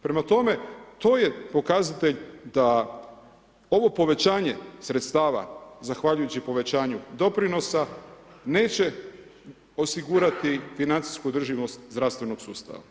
Prema tome, to je pokazatelj da ovo povećanje sredstava zahvaljujući povećanju doprinosa neće osigurati financijsku održivost zdravstvenog sustava.